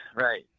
Right